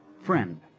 Friend